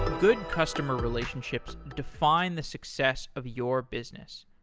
good customer relationships define the success of your business.